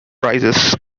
prizes